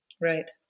Right